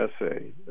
essay